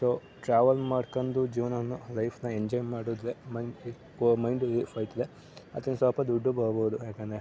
so travel ಮಾಡ್ಕೊಂಡು ಜೀವನನ ಲೈಫ್ನ ಎಂಜಾಯ್ ಮಾಡಿದ್ರೆ ಮೈಂಡ್ ಮೈಂಡ್ ರಿಲಿಫ್ ಆಯ್ತದೆ ಅದರಿಂದ ಸ್ವಲ್ಪ ದುಡ್ಡು ಬರ್ಬೋದು ಏಕೆಂದ್ರೆ